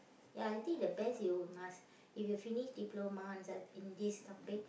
ya I think the best you must if you finish diploma on s~ in this topic